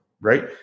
right